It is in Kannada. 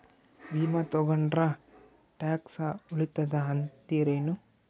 ವಿಮಾ ತೊಗೊಂಡ್ರ ಟ್ಯಾಕ್ಸ ಉಳಿತದ ಅಂತಿರೇನು?